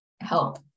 help